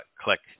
click